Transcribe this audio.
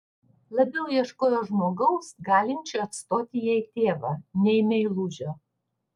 labiau ieškojo žmogaus galinčio atstoti jai tėvą nei meilužio